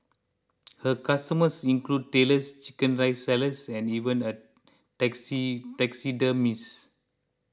her customers include Tailors Chicken Rice sellers and even a taxi taxidermists